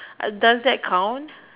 uh does that count